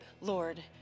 Lord